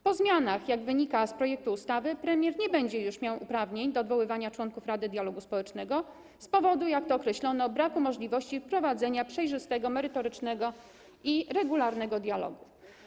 Po zmianach, jak wynika z projektu ustawy, premier nie będzie już miał uprawnień do odwoływania członków Rady Dialogu Społecznego z powodu, jak to określono, braku możliwości prowadzenia przejrzystego, merytorycznego i regularnego dialogu.